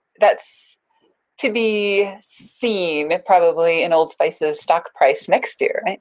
that's to be seen, probably in old spice's stock price next year, and